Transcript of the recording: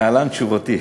להלן תשובתי.